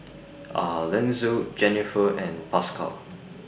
Alanzo Jenniffer and Pascal